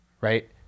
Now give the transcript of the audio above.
right